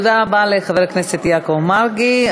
תודה רבה לחבר הכנסת יעקב מרגי.